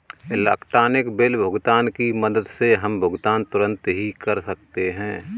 electronic bill भुगतान की मदद से हम भुगतान तुरंत ही कर सकते हैं